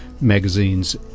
magazine's